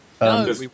No